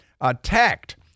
attacked